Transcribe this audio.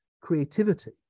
creativity